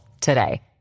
today